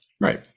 right